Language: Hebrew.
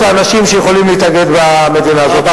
האנשים שיכולים להתאגד במדינה הזאת.